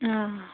آ